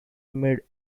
mid